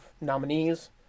nominees